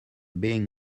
being